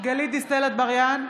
גלית דיסטל אטבריאן,